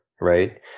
right